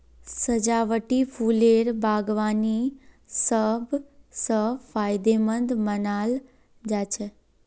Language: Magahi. सजावटी फूलेर बागवानी सब स फायदेमंद मानाल जा छेक